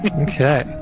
okay